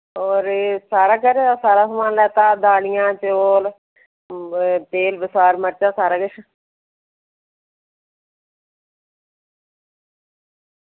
होर घरै दा सारा समान लैता दालियां चौल तेल बसार मर्चां सारा किश